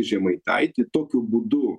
žemaitaitį tokiu būdu